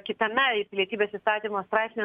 kitame pilietybės įstatymo straipsnyje